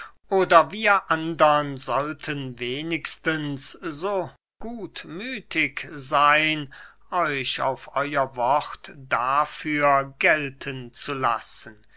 oder wir andern sollten wenigstens so gutmüthig seyn euch auf euer wort dafür gelten zu lassen